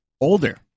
Older